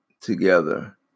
together